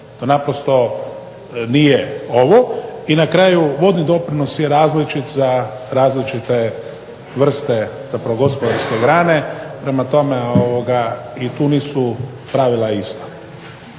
To naprosto nije ovo. I na kraju, vodni doprinos je različit za različite gospodarske grane, prema tom i tu nisu pravila ista.